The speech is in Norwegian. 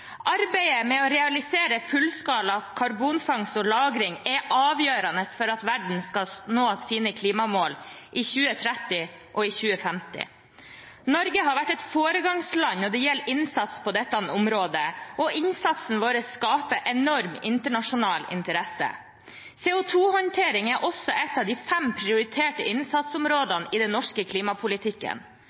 Arbeidet med å realisere fullskala karbonfangst og -lagring er avgjørende for at verden skal nå sine klimamål i 2030 og 2050. Norge har vært et foregangsland når det gjelder innsats på dette området, og innsatsen vår skaper enorm internasjonal interesse. CO 2 -håndtering er også et av de fem prioriterte innsatsområdene i den norske klimapolitikken.